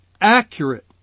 accurate